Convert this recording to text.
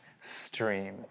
stream